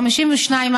52%,